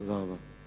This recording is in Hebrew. תודה רבה.